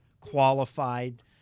qualified